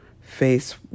face